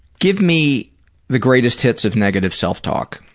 give me the greatest hits of negative self-talk.